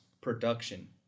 production